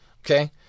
Okay